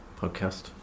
podcast